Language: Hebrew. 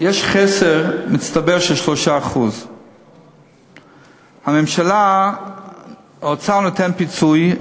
יש חסר מצטבר של 3%. הממשלה רוצה לתת פיצוי,